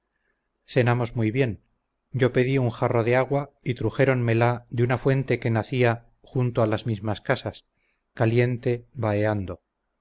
cenamos muy bien yo pedí un jarro de agua y trujéronmela de una fuente que nacía junto a las mismas casas caliente baheando